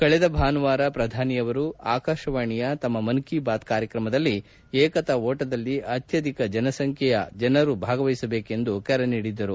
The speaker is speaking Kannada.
ಕಳೆದ ಭಾನುವಾರ ಪ್ರಧಾನಿ ಅವರು ಆಕಾಶವಾಣಿಯ ತಮ್ಮ ಮನ್ ಕಿ ಬಾತ್ ಭಾಷಣದಲ್ಲಿ ಏಕತಾ ಓಟದಲ್ಲಿ ಅತ್ಯಧಿಕ ಸಂಖ್ಯೆಯ ಜನರು ಭಾಗವಹಿಸಬೇಕೆಂದು ಕರೆ ನೀಡಿದ್ದರು